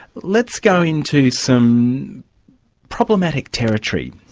let's go into some problematic territory.